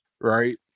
right